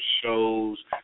shows